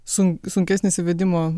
sun sunkesnis įvedimo